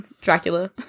Dracula